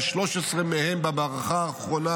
ו-13 מהם במערכה האחרונה.